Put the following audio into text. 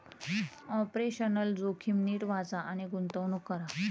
operational जोखीम नीट वाचा आणि गुंतवणूक करा